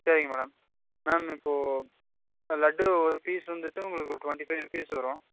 சரிங்க madam ma'am இப்போது லட்டு ஒரு பீஸ் வந்துட்டு உங்களுக்கு ட்வெண்டி ஃபைவ் ரூபீஸ் வரும்